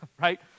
right